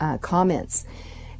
comments